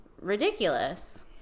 ridiculous